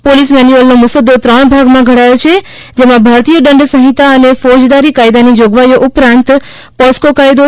police મેન્યુઅલનો મુસદ્દો ત્રણ ભાગમાં ઘડાયો છે જેમાં ભારતીય દંડ સંહિતા અને ફોજદારી કાયદાની જોગવાઇઓ ઉપરાંત પોસકો કાયદો